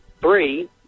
Three